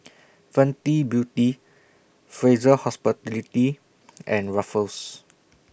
Fenty Beauty Fraser Hospitality and Ruffles